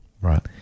right